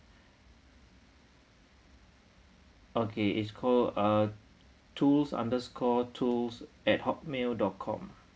okay it's call uh tools underscore tools at hotmail dot com